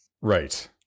Right